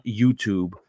YouTube